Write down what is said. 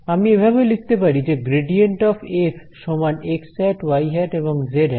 আমি এভাবেও লিখতে পারি যে গ্রেডিয়েন্ট অফ এফ সমান এক্স হ্যাট ওয়াই হ্যাট এবং জেড হ্যাট